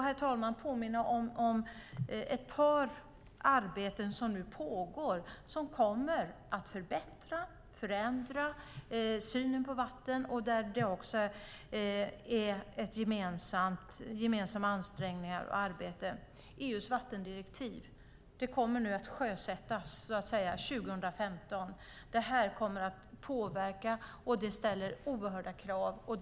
Jag vill påminna om ett par arbeten som nu pågår och som kommer att förbättra och förändra synen på vatten. Det är gemensamma ansträngningar och ett gemensamt arbete. Det handlar om EU:s vattendirektiv som kommer att sjösättas 2015. Det kommer att påverka, och det ställer oerhört stora krav.